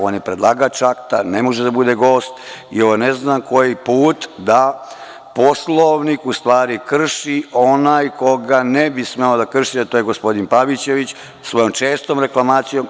On je predlagač akta, ne može da bude gost i ovo je ne znam koji put da Poslovnik u stvari krši onaj koga ne bi smeo da krši, a to je gospodin Pavićević svojom čestom reklamacijom.